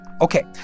Okay